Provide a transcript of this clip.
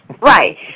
Right